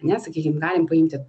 ne sakykim galim paimti